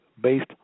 based